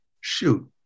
Shoot